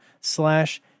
slash